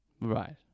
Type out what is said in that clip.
Right